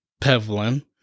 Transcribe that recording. Pevlin